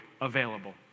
available